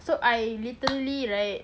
so I literally right